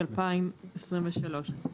אני אקרא.